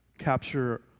Capture